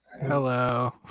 Hello